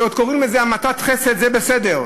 ועוד קוראים לזה "המתת חסד" זה בסדר,